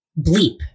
bleep